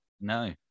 no